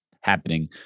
happening